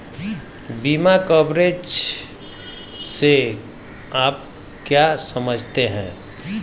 बीमा कवरेज से आप क्या समझते हैं?